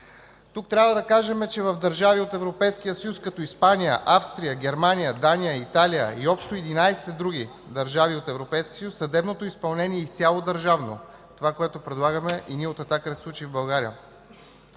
Тук трябва да кажем, че в държави от Европейския съюз като Испания, Австрия, Германия, Дания, Италия и общо 11 други държави от Европейския съюз съдебното изпълнение е изцяло държавно – това, което предлагаме и ние от „Атака” да се случи в България.